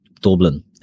Dublin